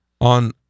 on